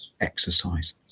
exercise